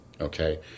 Okay